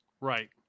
Right